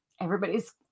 everybody's